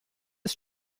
ist